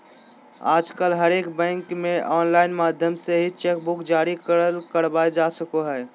आजकल हरेक बैंक मे आनलाइन माध्यम से भी चेक बुक जारी करबावल जा सको हय